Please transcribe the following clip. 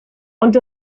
ond